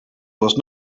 was